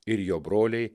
ir jo broliai